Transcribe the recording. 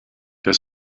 der